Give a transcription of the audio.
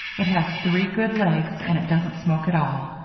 it has three good legs and it doesn't smoke at all.